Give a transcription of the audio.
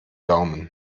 daumen